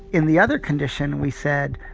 in the other condition, we said,